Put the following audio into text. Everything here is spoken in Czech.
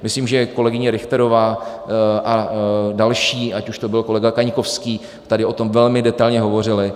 Myslím, že kolegyně Richterová a další, ať už to byl kolega Kaňkovský, tady o tom velmi detailně hovořili.